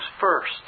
first